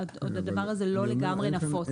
עוד הדבר הזה לא לגמרי נפוץ.